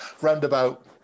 Roundabout